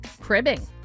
Cribbing